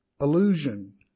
illusion